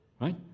right